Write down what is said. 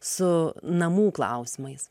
su namų klausimais